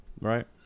right